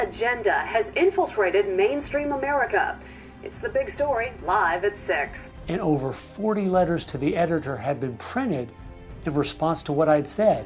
agenda has infiltrated mainstream america if the big story live that sex and over forty letters to the editor had been printed the response to what i'd say